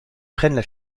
prennent